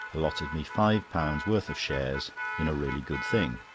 allotted me five pounds worth of shares in a really good thing.